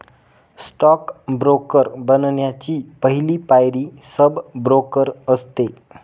stock broker बनण्याची पहली पायरी सब ब्रोकर असते